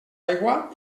aigua